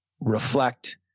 reflect